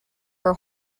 her